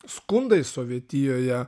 skundais sovietijoje